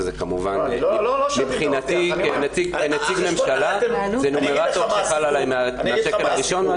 וזה כמובן מבחינתי כנציג ממשלה זה נומרטור שחל עלי מהשקל הראשון,